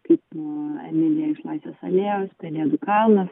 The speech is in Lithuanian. kaip nu emilija iš laisvės alėjos pelėdų kalnas